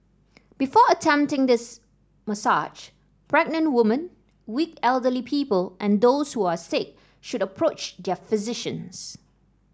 before attempting this massage pregnant women weak elderly people and those who are sick should approach their physicians